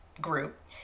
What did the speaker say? group